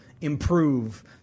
improve